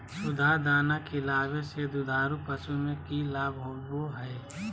सुधा दाना खिलावे से दुधारू पशु में कि लाभ होबो हय?